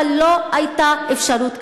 אבל לא הייתה אפשרות כזאת.